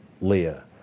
Leah